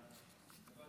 שלוש